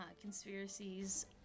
conspiracies